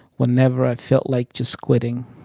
whenever i felt like just quitting,